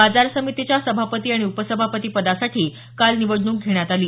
बाजार समितीच्या सभापती आणि उपसभापती पदासाठी काल निवडणूक घेण्यात आली